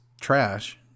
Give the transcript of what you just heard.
trash